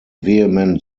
vehement